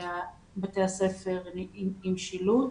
בתי הספר עם שילוט.